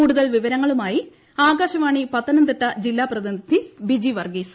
കൂടുതൽ വിവരങ്ങളുമായി ആകാശവാണി പത്തനംതിട്ട ജില്ലാ പ്രതിനിധി ബിജി വർഗ്ഗീസ്